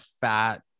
fat